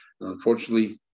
unfortunately